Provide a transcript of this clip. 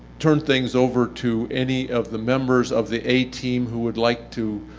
turn things over to any of the members of the a team who would like to